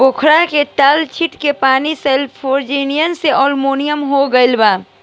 पोखरा के तलछट के पानी सैलिनाइज़ेशन से अम्लीय हो गईल बा